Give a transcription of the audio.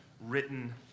written